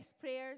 prayers